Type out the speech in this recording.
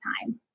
time